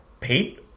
Pete